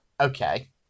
Okay